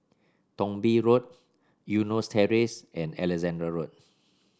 Thong Bee Road Eunos Terrace and Alexandra Road